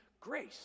grace